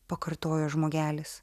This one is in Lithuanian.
pakartojo žmogelis